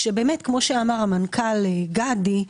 כפי שאמר המנכ"ל גדי,